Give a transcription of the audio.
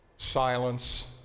silence